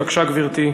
בבקשה, גברתי.